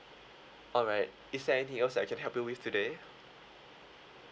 alright is there anything else I can help you with today